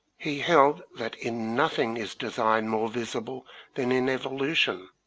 he held that in nothing is design more visible than in evolution,